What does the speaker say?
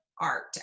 art